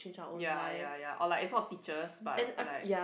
ya ya ya or like it's not teachers but like